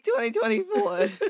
2024